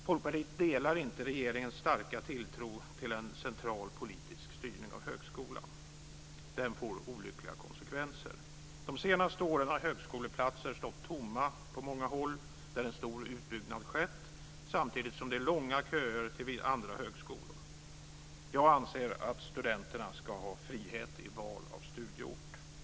Folkpartiet delar inte regeringens starka tilltro till en central politisk styrning av högskolan. En sådan styrning får olyckliga konsekvenser. De senaste åren har högskoleplatser stått tomma på många håll där en stor utbyggnad har skett, samtidigt som det är långa köer till andra högskolor. Jag anser att studenterna ska ha frihet i val av studieort.